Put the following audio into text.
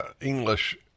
English